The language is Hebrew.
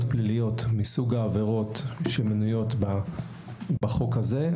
פליליות מסוג העבירות שמנויות בחוק הזה,